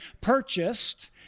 purchased